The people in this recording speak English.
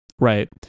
right